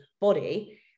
body